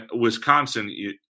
Wisconsin